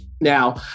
Now